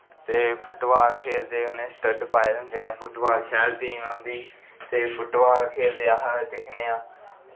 ते football खेलदे उ नें स्टड पाए दे होंदे ऐ फुट बॉल शैल टीम औंदी ते फुट बॉल खेलदे अस दिक्खने आं